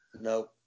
No